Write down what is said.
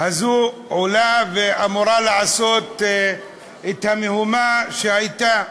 הזאת עולה ואמורה לעשות את המהומה שהייתה.